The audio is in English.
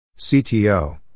CTO